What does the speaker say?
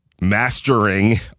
mastering